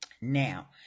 Now